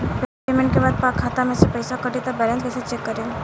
Payment के बाद खाता मे से पैसा कटी त बैलेंस कैसे चेक करेम?